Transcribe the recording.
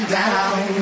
down